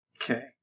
Okay